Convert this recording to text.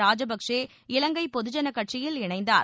ராஜபக்சே இலங்கை பொதுஜனக் கட்சியில் இணைந்தார்